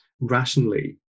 rationally